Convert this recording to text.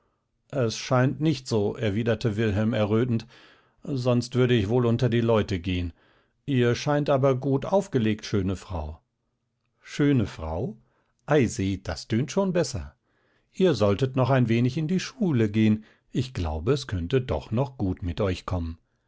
es scheint nicht so erwiderte wilhelm errötend sonst würde ich wohl unter die leute gehen ihr scheint aber gut aufgelegt schöne frau schöne frau ei seht das tönt schon besser ihr solltet noch ein wenig in die schule gehen ich glaube es könnte doch noch gut mit euch kommen